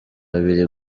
babiri